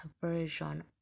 version